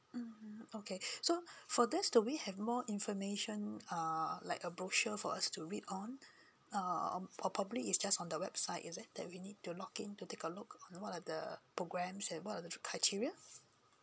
mm okay so for this do we have more information uh like a brochure for us to read on um or probably is just on the website is it that we need to log in to take a look onwhat are the programs and what are the criteria